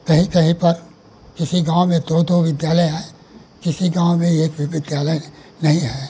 कहीं कहीं पर किसी गाँव में दो दो विद्यालय हैं किसी भी गाँव में एक भी विद्यालय नहीं है